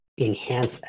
enhance